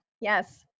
Yes